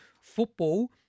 football